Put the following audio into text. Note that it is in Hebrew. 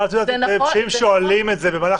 אבל את יודעת היטב שאם שואלים את זה במהלך